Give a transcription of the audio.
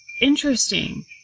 Interesting